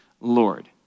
Lord